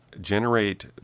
generate